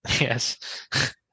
Yes